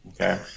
Okay